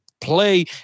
play